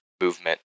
movement